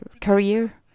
career